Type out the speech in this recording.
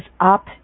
up